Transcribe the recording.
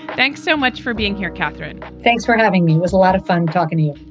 thanks so much for being here, catherine thanks for having me. was a lot of fun talking to you